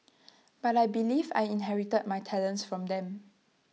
but I believe I inherited my talents from them